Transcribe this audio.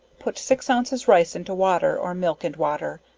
put six ounces rice into water, or milk and water,